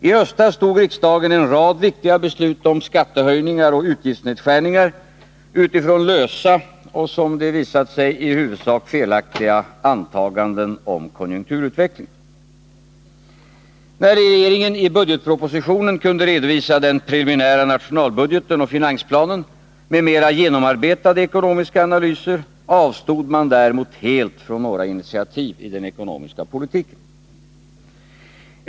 I höstas fattade riksdagen en rad viktiga beslut om skattehöjningar och utgiftsnedskärningar utifrån lösa och, som det visat sig, i huvudsak felaktiga antaganden om konjunkturutvecklingen. När regeringen i budgetpropositionen kunde redovisa den preliminära nationalbudgeten och finansplanen med mer genomarbetade ekonomiska analyser avstod man däremot helt från några initiativ i den ekonomiska politiken.